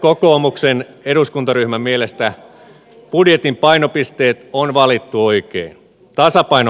kokoomuksen eduskuntaryhmän mielestä budjetin painopisteet on valittu oikein